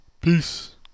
peace